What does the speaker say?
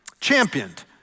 championed